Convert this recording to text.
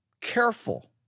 careful